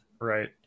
Right